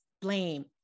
blame